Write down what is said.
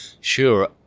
sure